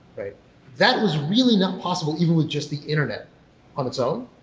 that was really not possible even with just the internet on its own,